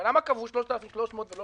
אבל למה קבעו 3,300 ולא